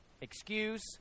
excuse